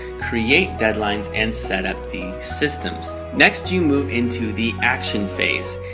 create deadlines and set up the systems. next you move into the action phase.